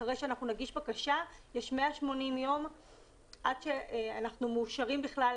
אחרי שאנחנו נגיש בקשה יש 180 יום עד שאנחנו מאושרים בכלל,